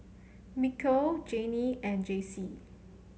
Mikal Jayne and Jaycee